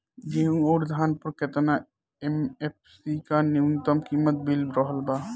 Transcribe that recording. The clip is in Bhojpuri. गेहूं अउर धान पर केतना एम.एफ.सी या न्यूनतम कीमत मिल रहल बा?